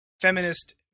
feminist